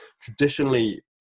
traditionally